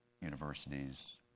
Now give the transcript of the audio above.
universities